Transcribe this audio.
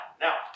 Now